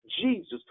Jesus